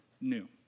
new